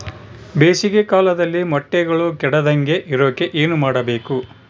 ಬೇಸಿಗೆ ಕಾಲದಲ್ಲಿ ಮೊಟ್ಟೆಗಳು ಕೆಡದಂಗೆ ಇರೋಕೆ ಏನು ಮಾಡಬೇಕು?